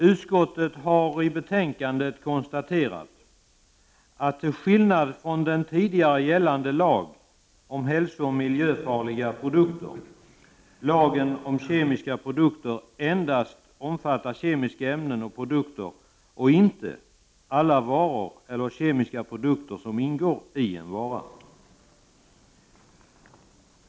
Utskottet har i betänkandet konstaterat att lagen om kemiska produkter — till skillnad från den tidigare gällande lagen om hälsooch miljöfarliga produkter — endast omfattar kemiska ämnen och produkter och inte alla varor eller kemiska produkter som ingår i en vara.